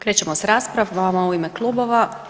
Krećemo s raspravama u ime klubova.